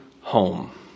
home